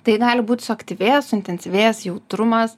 tai gali būt suaktyvėjęs suintensyvėjęs jautrumas